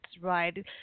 right